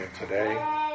today